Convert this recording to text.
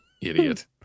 Idiot